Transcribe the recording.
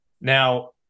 Now